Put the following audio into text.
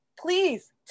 Please